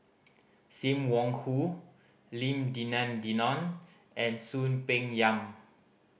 Sim Wong Hoo Lim Denan Denon and Soon Peng Yam